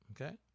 Okay